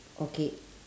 okay